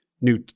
new